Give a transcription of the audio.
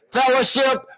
fellowship